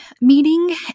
meeting